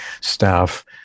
staff